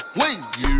wings